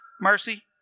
mercy